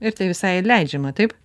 ir tai visai leidžiama taip